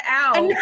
out